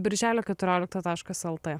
birželio keturiolikta taškas lt